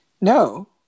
No